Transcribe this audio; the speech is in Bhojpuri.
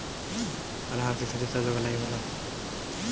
अनार क खेती सब जगह नाहीं होला